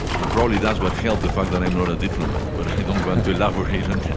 and probably that's what helped the fact that i'm not a diplomat. but i don't want to love or hate and that